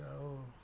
ଆଉ